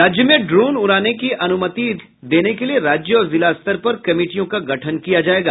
राज्य में ड्रोन उड़ाने की अनुमति देने के लिये राज्य और जिला स्तर पर कमिटियों का गठन किया जायेगा